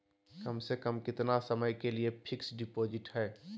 कम से कम कितना समय के लिए फिक्स डिपोजिट है?